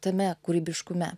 tame kūrybiškume